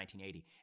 1980